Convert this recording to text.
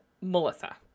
Melissa